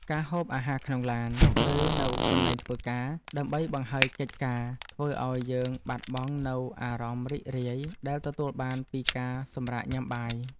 ការហូបអាហារក្នុងឡាន ឬនៅកន្លែងធ្វើការ ដើម្បីបង្ហើយកិច្ចការធ្វើឲ្យយើងបាត់បង់នូវអារម្មណ៍រីករាយដែលទទួលបានពីការសម្រាកញ៉ាំបាយ។